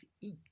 eat